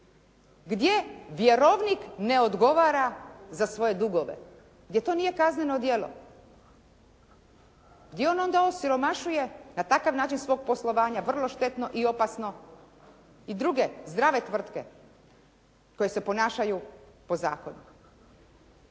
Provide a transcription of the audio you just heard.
gdje vjerovnik ne odgovara za svoje dugove, gdje to nije kazneno djelo. Gdje onda on osiromašuje na takav način svog poslovanja vrlo štetno i opasno i druge, zdrave tvrtke koje se ponašaju po zakonu.